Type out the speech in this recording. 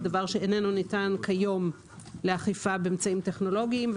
זה דבר שאינו ניתן כיום לאכיפה באמצעים טכנולוגיים.